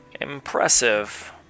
impressive